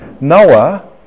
Noah